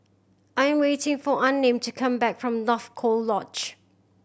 I am waiting for Unnamed to come back from North Coast Lodge